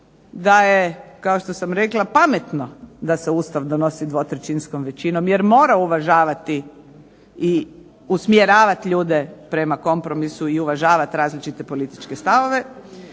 da je kao što sam rekla pametno da se Ustav donosi dvotrećinskom većinom jer mora uvažavati i usmjeravati ljude prema kompromisu i uvažavati različite političke stavove,